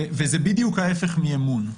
וזה בדיוק ההיפך מאמון.